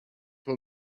will